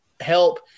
help